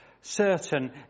certain